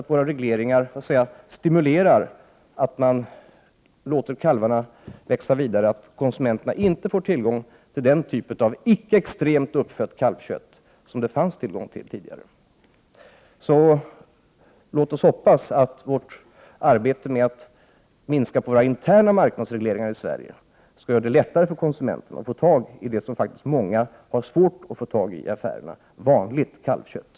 Våra regleringar stimulerar till att man låter kalvarna växa vidare och att konsumenterna inte får tillgång till kött av icke extremt uppfödd kalv, som det tidigare fanns tillgång till. Låt oss hoppas att arbetet med att minska våra interna marknadsregleringar skall göra det lättare för konsumenterna att få tag i det som många faktiskt har svårt att få tag på i affärerna, nämligen vanligt kalvkött.